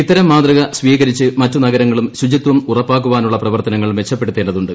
ഇത്തരം മാതൃക സ്വീകരിച്ച് മറ്റു നഗരങ്ങളും ശുചിത്വം ഉറപ്പാക്കാനുള്ള പ്രവർത്തനങ്ങൾ മെച്ചപ്പെടുത്തേണ്ടതുണ്ട്